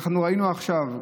שאנחנו ראינו עכשיו,